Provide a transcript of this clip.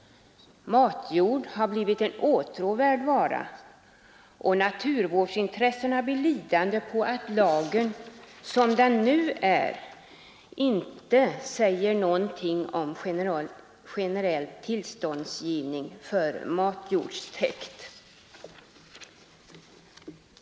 Matjord har blivit en åtråvärd vara, och naturvårdsintressena blir lidande på att lagen som den nu är inte säger någonting om generell tillståndsgivning för matjordstäkt.